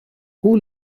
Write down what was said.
who